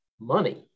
money